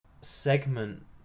Segment